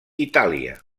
itàlia